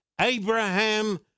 Abraham